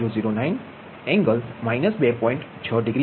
6 degree આવશે